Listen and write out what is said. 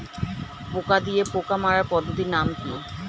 পোকা দিয়ে পোকা মারার পদ্ধতির নাম কি?